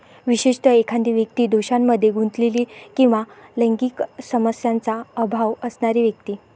विशेषतः, एखादी व्यक्ती दोषांमध्ये गुंतलेली किंवा लैंगिक संयमाचा अभाव असणारी व्यक्ती